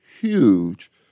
huge